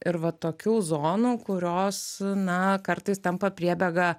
ir va tokių zonų kurios na kartais tampa priebėga